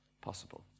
possible